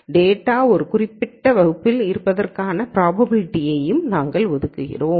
data ஒரு குறிப்பிட்ட வகுப்பில் இருப்பதற்கான ப்ராபபிலிட்டியும் நாங்கள் ஒதுக்குகிறோம்